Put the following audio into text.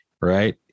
right